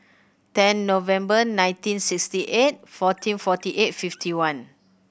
ten November nineteen sixty eight fourteen forty eight fifty one